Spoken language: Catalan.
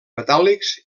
metàl·lics